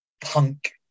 punk